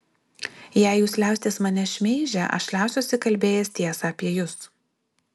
jei jūs liausitės mane šmeižę aš liausiuosi kalbėjęs tiesą apie jus